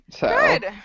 Good